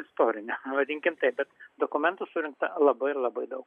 istorine vadinkim taip bet dokumentų surinkta labai labai daug